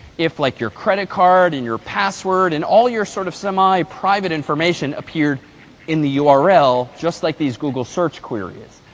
if like your credit card and your password and all your sort of semi-private information appeared in the url just like these google search queries.